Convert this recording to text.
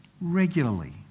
regularly